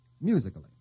musically